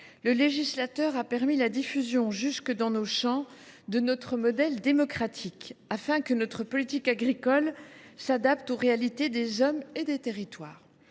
le législateur a permis la diffusion jusque dans nos champs de notre modèle démocratique, afin que notre politique agricole s’adapte aux réalités des hommes et des territoires.